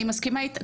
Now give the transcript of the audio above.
אני מסכימה איתך,